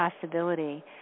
possibility